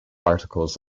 articles